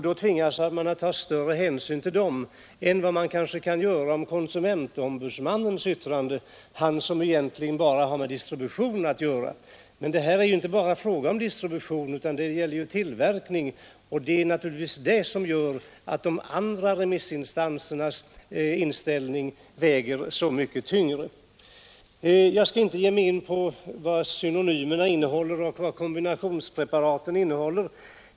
Då tvingas man att ta större hänsyn till dessa än man kanske tar till yttrandet från konsumentombudsmannen, som bara har att ägna sig åt distributionen. Det är ju inte bara en fråga om distribution utan det gäller också tillverkning, och det är det som gör att de andra remissinstansernas inställning väger så mycket tyngre. Jag skall inte gå in på vad synonymerna och kombinationspreparaten innehåller.